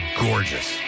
gorgeous